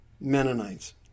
Mennonites